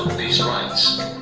these rights.